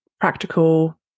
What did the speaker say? practical